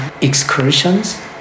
excursions